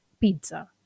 Pizza